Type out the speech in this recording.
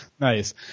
Nice